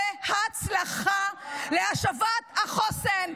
בהצלחה בהשבת החוסן,